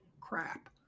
crap